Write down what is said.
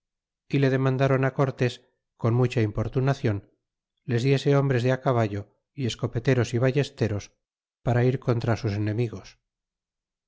y le demandron cortés con mucha importunacion les diese hombres de caballo y escopeteros y ballesteros para ir contra sus enemigos